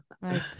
right